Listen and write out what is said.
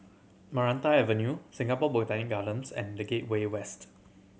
Maranta Avenue Singapore Botanic Gardens and The Gateway West